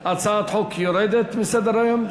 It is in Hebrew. אם כן,